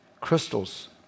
crystals